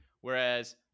Whereas